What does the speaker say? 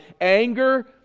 anger